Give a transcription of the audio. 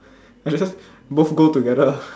like just both go together lah